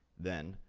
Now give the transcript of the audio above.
then,